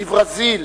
בברזיל,